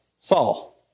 Saul